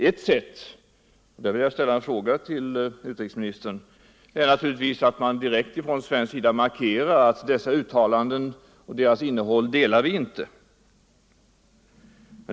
Ett sätt — och där vill jag ställa en fråga till utrikesministern — är naturligtvis att man direkt från svensk sida markerar att vi inte delar den uppfattning som framgår av innehållet i sådana uttalanden.